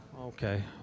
okay